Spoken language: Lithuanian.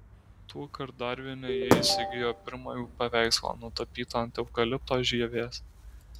tuokart darvine ji įsigijo pirmą jų paveikslą nutapytą ant eukalipto žievės